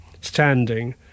standing